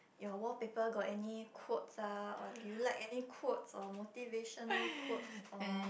your wallpaper got any quotes ah or do you like any quotes or motivational quotes or